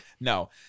No